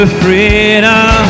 freedom